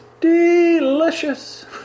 delicious